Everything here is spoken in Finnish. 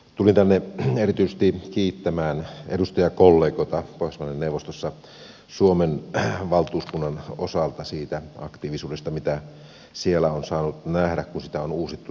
tulin tänne erityisesti kiittämään edustajakollegoita pohjoismaiden neuvoston suomen valtuuskunnassa siitä aktiivisuudesta mitä siellä on saanut nähdä kun sitä pohjoismaiden neuvoston työskentelyä on uusittu